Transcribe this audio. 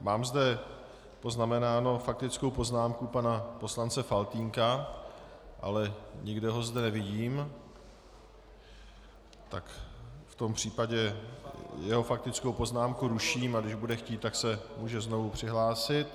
Mám zde poznamenánu faktickou poznámku pana poslance Faltýnka, ale nikde ho zde nevidím, tak v tom případě jeho faktickou poznámku ruším, a když bude chtít, může se znovu přihlásit.